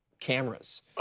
cameras